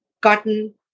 gotten